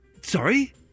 Sorry